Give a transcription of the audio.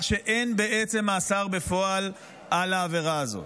שאין בעצם מאסר בפועל על העבירה הזאת,